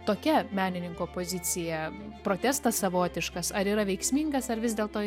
tokia menininko pozicija protestas savotiškas ar yra veiksmingas ar vis dėlto